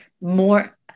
more